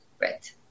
Right